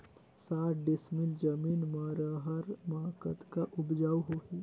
साठ डिसमिल जमीन म रहर म कतका उपजाऊ होही?